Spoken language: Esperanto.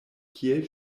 kiel